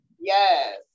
Yes